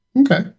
Okay